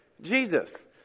Jesus